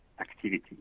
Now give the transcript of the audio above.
activity